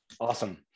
Awesome